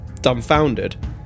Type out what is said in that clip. dumbfounded